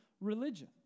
religion